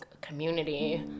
community